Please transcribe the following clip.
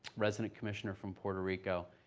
resident commissioner from puerto rico,